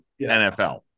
NFL